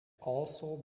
also